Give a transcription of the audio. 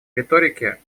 риторики